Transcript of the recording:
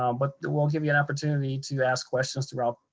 um but we'll give you an opportunity to ask questions throughout